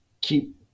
keep